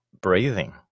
breathing